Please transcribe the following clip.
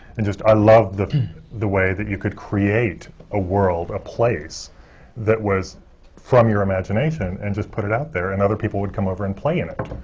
and just i loved the the way that you could create a world, a place that was from your imagination and just put it out there. and other people would come over and play in it.